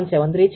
004173 છે